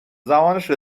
زمانش